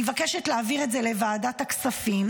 אני מבקשת להעביר את זה לוועדת הכספים.